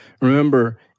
Remember